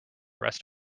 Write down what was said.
rest